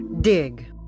Dig